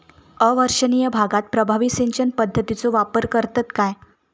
अवर्षणिय भागात प्रभावी सिंचन पद्धतीचो वापर करतत काय?